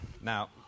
Now